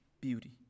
beauty